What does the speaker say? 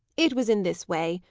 it was in this way,